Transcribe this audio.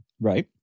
Right